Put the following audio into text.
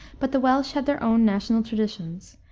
but the welsh had their own national traditions,